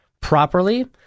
properly